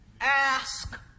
ask